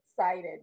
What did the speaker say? excited